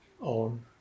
on